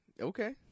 okay